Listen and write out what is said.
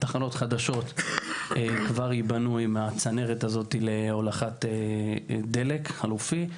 תחנות חדשות כבר ייבנו עם הצנרת הזאת להולכת דלק חלופי.